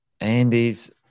Andy's